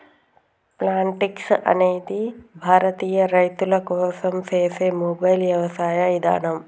Plantix అనేది భారతీయ రైతుల కోసం సేసే మొబైల్ యవసాయ ఇదానం